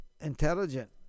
intelligent